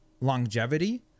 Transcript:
longevity